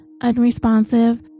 unresponsive